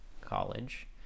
college